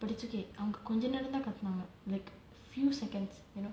but it's okay அவங்க கொஞ்ச நேரம் தான் கத்துனாங்க:avanga konja neram thaan kathunaanga like few seconds you know